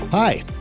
Hi